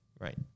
Right